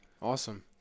awesome